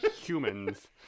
humans